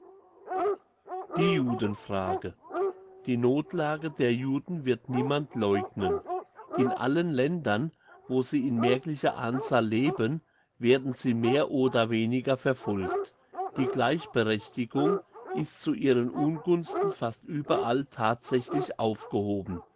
die judenfrage die nothlage der juden wird niemand leugnen in allen ländern wo sie in merklicher anzahl leben werden sie mehr oder weniger verfolgt die gleichberechtigung ist zu ihren ungunsten fast überall thatsächlich aufgehoben